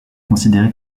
considérée